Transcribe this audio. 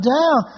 down